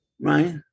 right